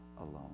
alone